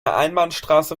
einbahnstraße